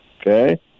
okay